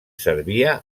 servia